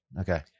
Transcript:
Okay